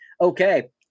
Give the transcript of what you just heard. okay